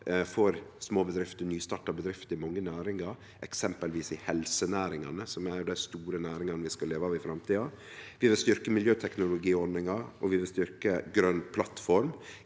for småbedrifter, nystarta bedrifter i mange næringar, eksempelvis i helsenæringa som er ei av dei store næringane vi skal leve av i framtida. Vi vil styrkje miljøteknologiordninga, og vi vil styrkje Grøn plattform,